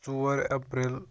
ژور اپریل